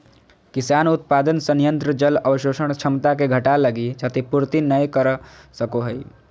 किसान उत्पादन संयंत्र जल अवशोषण क्षमता के घटा लगी क्षतिपूर्ति नैय कर सको हइ